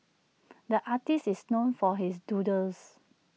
the artist is known for his doodles